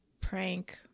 prank